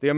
the